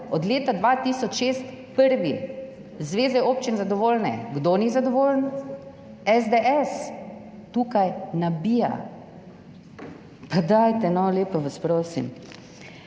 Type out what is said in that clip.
od leta 2006 smo prvi. Zveze občin so zadovoljne. Kdo ni zadovoljen? SDS tukaj nabija. Pa dajte, no, lepo vas prosim.